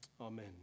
Amen